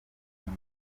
kuba